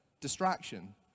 Distraction